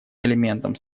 элементом